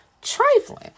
trifling